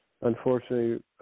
unfortunately